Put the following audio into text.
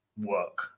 work